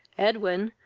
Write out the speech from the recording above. edwin,